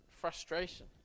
frustration